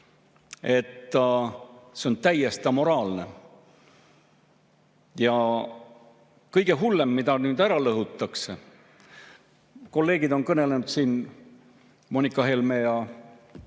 See on täiesti amoraalne! Ja kõige hullem, mis nüüd ära lõhutakse. Kolleegid on kõnelenud siin, Moonika Helme ja